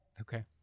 Okay